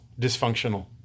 dysfunctional